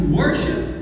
worship